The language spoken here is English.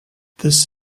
this